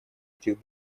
этих